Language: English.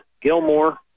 Gilmore